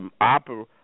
opera